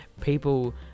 people